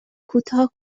کوتاه